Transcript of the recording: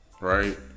right